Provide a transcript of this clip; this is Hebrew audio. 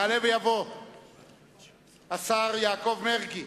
(חותם על ההצהרה) יעלה ויבוא השר יעקב מרגי,